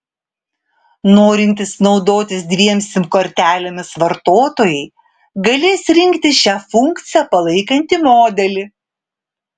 norintys naudotis dviem sim kortelėmis vartotojai galės rinktis šią funkciją palaikantį modelį